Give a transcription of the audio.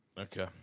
Okay